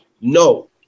No